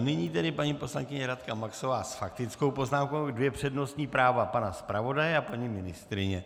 Nyní tedy paní poslankyně Radka Maxová s faktickou poznámkou, dvě přednostní práva pana zpravodaje a paní ministryně.